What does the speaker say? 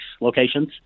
locations